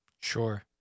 Sure